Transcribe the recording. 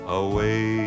away